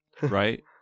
right